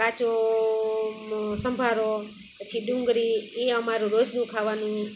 કાચો સંભારો પછી ડુંગળી એ અમારું રોજનું ખાવાનું